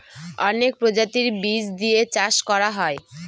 অনেক প্রজাতির বীজ দিয়ে চাষ করা হয়